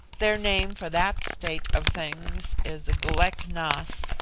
their name for that state of things is glek-nas.